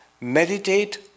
meditate